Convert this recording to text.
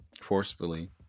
forcefully